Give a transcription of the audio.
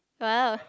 !wow!